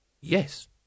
Yes